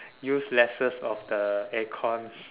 use lesser of the air con